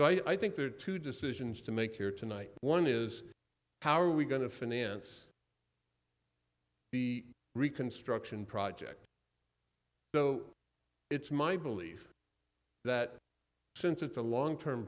but i think there are two decisions to make here tonight one is how are we going to finance the reconstruction project so it's my belief that since it's a long term